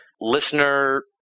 listener